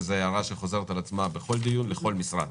וזו הערה שחוזרת על עצמה בכל דיון לכל משרד.